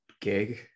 gig